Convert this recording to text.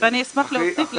ואני אשמח להוסיף להצעה.